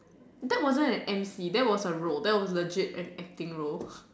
that wasn't an M_C that was a role that was legit an acting role